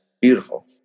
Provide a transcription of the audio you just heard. beautiful